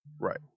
right